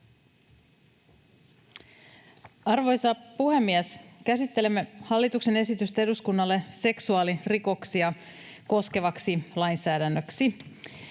Arvoisa puhemies! Käsittelemme hallituksen esitystä eduskunnalle seksuaalirikoksia koskevaksi lainsäädännöksi.